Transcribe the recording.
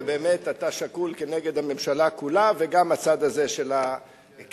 ובאמת אתה שקול כנגד הממשלה כולה וגם הצד הזה של הכנסת,